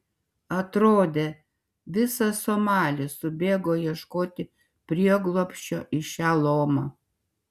atrodė visas somalis subėgo ieškoti prieglobsčio į šią lomą